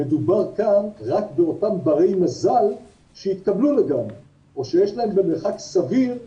מדובר כאן רק באותם ברי מזל שהתקבלו לגן או שיש להם במרחק סביר גן.